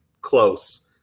close